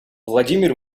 владимир